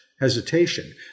hesitation